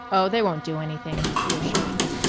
oh, they won't do anything, he assured her.